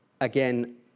Again